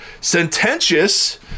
Sententious